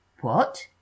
What